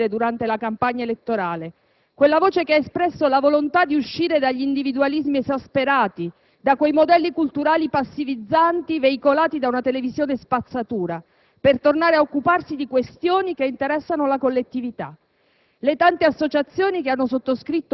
quella voce che il popolo dell'Unione ha fatto sentire durante la campagna elettorale, quella voce che ha espresso la volontà di uscire dagli individualismi esasperati, da quei modelli culturali passivizzanti veicolati da una televisione spazzatura per tornare a occuparsi di questioni che interessano la collettività.